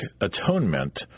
atonement